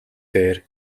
дээр